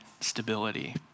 stability